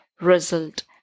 result